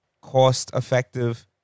cost-effective